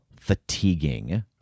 fatiguing